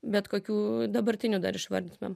bet kokių dabartinių dar išvardinam